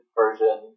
version